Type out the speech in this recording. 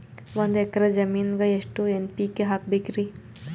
ಒಂದ್ ಎಕ್ಕರ ಜಮೀನಗ ಎಷ್ಟು ಎನ್.ಪಿ.ಕೆ ಹಾಕಬೇಕರಿ?